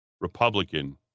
Republican